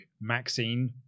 maxine